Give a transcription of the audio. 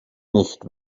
nicht